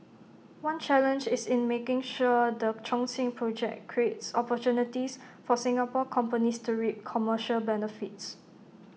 one challenge is in making sure the Chongqing project creates opportunities for Singapore companies to reap commercial benefits